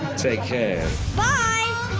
take care. bye.